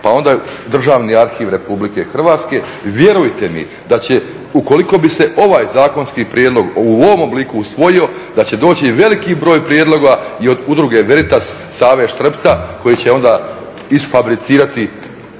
pa onda Državni arhiv RH. Vjerujte mi da će, ukoliko bi se ovaj zakonski prijedlog u ovom obliku usvojio, da će doći veliki broj prijedloga i od udruge Veritas, Save Štrbca koji će onda isfabricirati